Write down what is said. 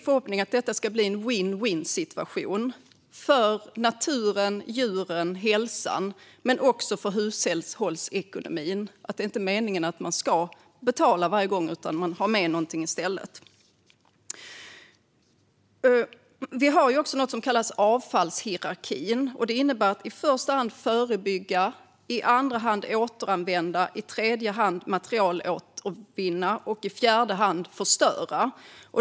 Förhoppningen är att detta ska bli en vinn-vinnsituation för naturen, djuren, hälsan och också för hushållsekonomin. Det är inte meningen att man ska betala varje gång utan att man har med någonting i stället. Vi har något som kallas avfallshierarkin. Det innebär att vi i första hand ska förebygga, i andra hand återanvända, i tredje hand materialåtervinna och i fjärde hand förstöra.